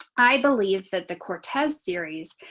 i believe that the cortez series,